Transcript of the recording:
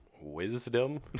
wisdom